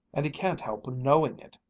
and he can't help knowing it.